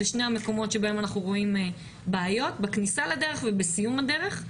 אלו שני המקומות בהם רואים בעיות - בכניסה לדרך ובסיום הדרך.